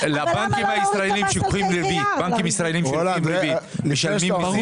המס על --- הבנקים הישראלים שלוקחים ריבית משלמים ריבית?